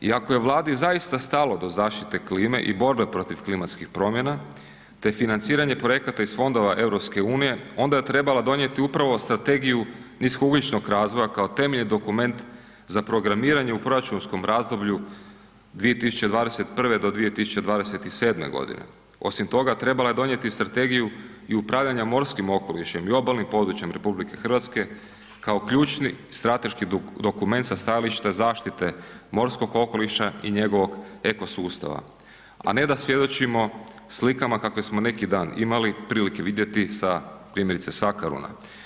I ako je Vladi zaista stalo do zaštite klime i borbe protiv klimatskih promjena, te financiranje projekata iz Fondova EU onda je trebala donijeti upravo Strategiju niskougljičnog razvoja kao temeljni dokument za programiranje u proračunskom razdoblju 2021.-2027.g. Osim toga, trebala je donijeti i Strategiju i upravljanja morskim okolišem i obalnim područjem RH kao ključni strateški dokument sa stajališta zaštite morskog okoliša i njegovog eko sustava, a ne da svjedočimo slikama kakve smo neki dan imali prilike vidjeti sa primjerice Sakaruna.